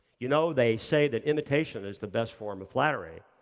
you know, they say that imitation is the best form of flattery.